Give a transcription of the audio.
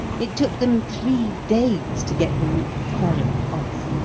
it took them three days to get the roof thoroughly off,